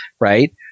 right